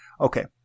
Okay